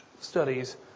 studies